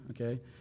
okay